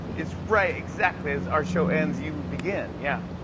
it's right exactly as our show ends, you begin, yeah.